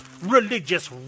religious